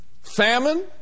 Famine